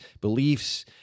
beliefs